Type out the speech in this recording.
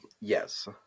yes